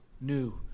new